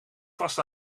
vast